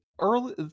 early